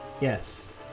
yes